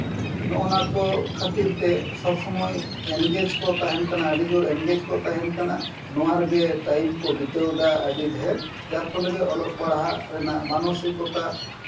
ᱱᱚᱜᱼᱱᱟ ᱠᱚ ᱠᱷᱟᱹᱛᱤᱨ ᱛᱮ ᱥᱚᱵᱽ ᱥᱚᱢᱚᱭ ᱮᱱᱜᱮᱡᱽ ᱠᱚ ᱛᱟᱦᱮᱱ ᱠᱟᱱᱟ ᱟᱹᱰᱤ ᱡᱳᱨ ᱮᱸᱜᱮᱡ ᱠᱚ ᱛᱟᱦᱮᱱ ᱠᱟᱱᱟ ᱱᱚᱣᱟ ᱨᱮᱜᱮ ᱴᱟᱹᱭᱤᱢ ᱠᱚ ᱵᱤᱛᱟᱹᱣᱫᱟ ᱟᱹᱰᱤ ᱰᱷᱮᱨ ᱡᱟᱨ ᱯᱷᱚᱞᱮ ᱜᱮ ᱚᱞᱚᱜ ᱯᱟᱲᱦᱟᱜ ᱨᱮᱱᱟᱜ ᱢᱟᱱᱚᱥᱤᱠᱛᱟ